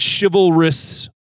chivalrous